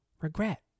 regret